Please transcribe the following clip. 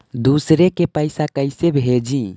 दुसरे के पैसा कैसे भेजी?